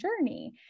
journey